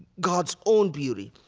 god's own beauty,